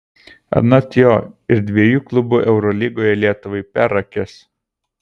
anot jo ir dviejų klubų eurolygoje lietuvai per akis